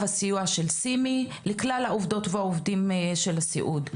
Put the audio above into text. הסיוע של סימי לכלל העובדות והעובדים של הסיעוד.